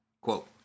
quote